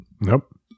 Nope